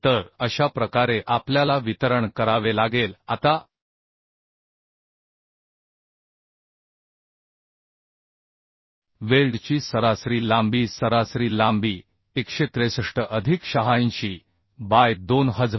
तर अशा प्रकारे आपल्याला वितरण करावे लागेल आता वेल्डची सरासरी लांबी सरासरी लांबी 163 अधिक 86 बाय 2124